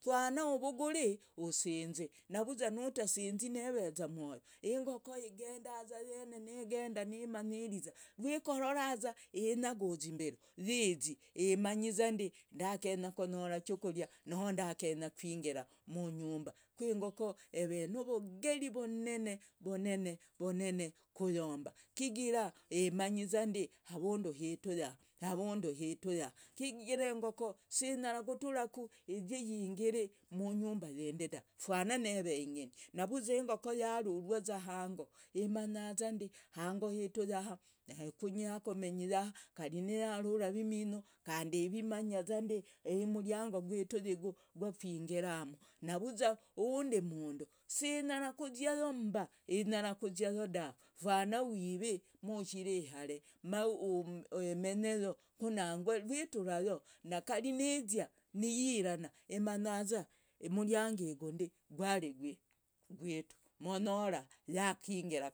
Fwan uvugure usinze. navuzwanutasinza neveza moyo. Engoko egendaza eyene negenda nimanyiriza rwikororaza inyagura zimberu yizi. imanyizande ndakenya konyora chukuria noo ndakenya kwingira munyumba. ku engoko eve novogeri vonene vonene. kuyomba chigara imanyi zande avundu hitu yahaa. kigira engoko enyaraku kutura yingere munyumba yinde dav fwana neveye engeni. navuzwa engoko yarurwaza hango. imanyazande hango hetu yaha. kunye hakomenyi ni yaha. Kari yarura iviminyu kande ivimanyazande yigu umuriangu gwitu gwakwingiramu. navuzwa uhunde umundu sinyara kuziayo mba. inyara kuziayo dave. fwana wifi mushire ihare ma emenyeyo kunangwa niturayo. nakari niyiza niyirana imanyaza umuriango yigu gwari ugwitu monyora yakingira